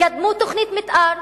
תקדמו תוכנית מיתאר,